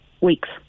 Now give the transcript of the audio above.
weeks